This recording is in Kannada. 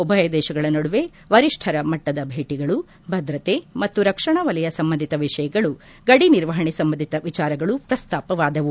ಉಭಯ ದೇಶಗಳ ನಡುವೆ ವರಿಷ್ಣರ ಮಟ್ಟದ ಭೇಟಿಗಳು ಭದ್ರತೆ ಮತ್ತು ರಕ್ಷಣಾ ವಲಯ ಸಂಬಂಧಿತ ವಿಷಯಗಳು ಗಡಿ ನಿರ್ವಹಣೆ ಸಂಬಂಧಿತ ವಿಚಾರಗಳು ಪ್ರಸ್ತಾಪವಾದವು